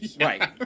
Right